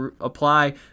apply